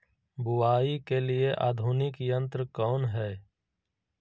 बुवाई के लिए आधुनिक यंत्र कौन हैय?